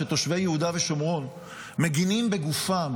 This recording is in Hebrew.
שתושבי יהודה ושומרון מגינים בגופם